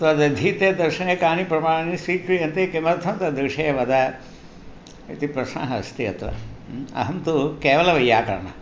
तदधीते दर्शने कानि प्रमाणानि स्वीक्रियन्ते किमर्थं तद्विषये वद इति प्रश्नः अस्ति अत्र अहं तु केवलवैय्याकरणः